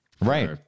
Right